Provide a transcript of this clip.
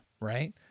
right